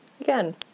Again